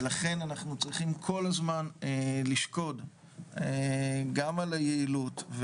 לכן אנחנו צריכים כל הזמן לשקוד גם על היעילות,